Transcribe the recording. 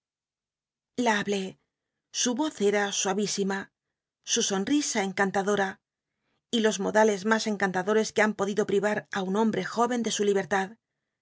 la hablé su oz ca sua i ima su sonrisa encan adora y los modales más encantadores que han podido lwí ar á un pobre jó'cn de su libertad